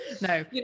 no